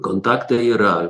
kontaktai yra